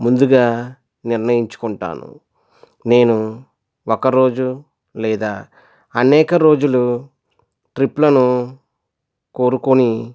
ముందుగా నిర్ణయించుకుంటాను నేను ఒకరోజు లేదా అనేక రోజులు ట్రిప్లను కోరుకొని